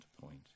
point